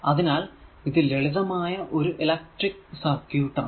അതിനാൽ ഇത് ലളിതമായ ഒരു ഇലക്ട്രിക്ക് സർക്യൂട് ആണ്